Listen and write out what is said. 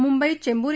मुंबईत चेंबूर